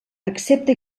accepta